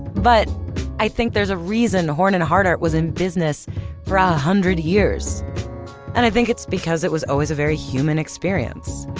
but i think there's a reason horn and hardart was in business for one ah hundred years, and i think it's because it was always a very human experience.